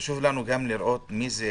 חשוב לנו גם לראות מי זה,